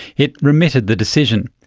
it remitted the decision.